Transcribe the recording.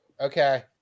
Okay